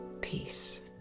Peace